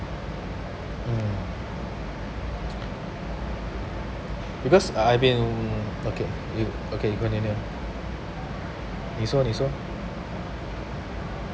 mm because I I been okay you okay you continue 你说你说